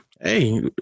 Hey